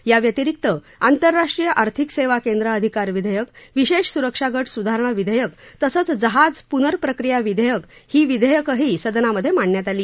या व्यतिरिक्त आंतरराष्ट्रीय आर्थिक सेवा केंद्र अधिकार विधेयक विशेष सुरक्षा गट सुधारणा विधेयक तसंच जहाज पुर्नप्रक्रिया विधेयकही यावेळी सदनामधे मांडण्यात आली